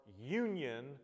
union